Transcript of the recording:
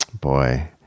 Boy